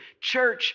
Church